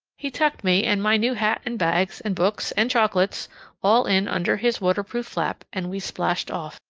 he tucked me and my new hat and bags and books and chocolates all in under his waterproof flap, and we splashed off.